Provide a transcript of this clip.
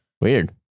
Weird